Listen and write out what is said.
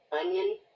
onion